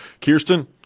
Kirsten